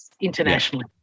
internationally